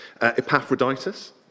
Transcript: Epaphroditus